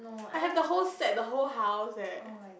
I have the whole set the whole house leh